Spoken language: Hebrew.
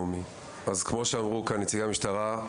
כמו שאמרו כאן נציגי המשטרה,